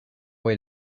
way